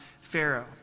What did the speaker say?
Pharaoh